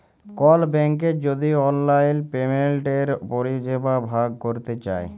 call ব্যাংকের যদি অললাইল পেমেলটের পরিষেবা ভগ ক্যরতে চায়